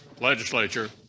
legislature